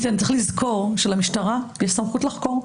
יש לזכור שלמשטרה יש סמכות לחקור.